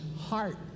heart